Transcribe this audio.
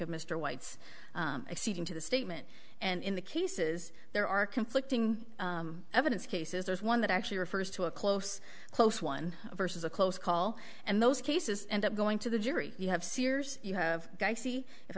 mr white's acceding to the statement and in the cases there are conflicting evidence cases there's one that actually refers to a close close one versus a close call and those cases end up going to the jury you have sears you have i see if